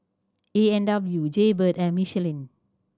A and W Jaybird and Michelin